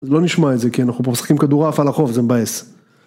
אז לא נשמע את זה, כי אנחנו פה משחקים כדורעף על החוף, זה מבאס.